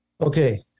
Okay